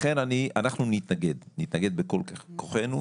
לכן אנחנו נתנגד בכל כוחנו.